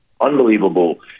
Unbelievable